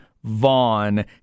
Vaughn